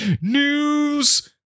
news